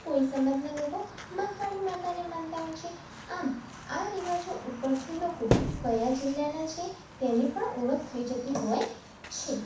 કોઇ સમાજના લોકો મહાકાળી માતાને માનતા હોય છે આમ આ રિવાજો ઉપરથી લોકો કયા જિલ્લાના છે તેની પણ ઓળખ થઈ જતી હોય છે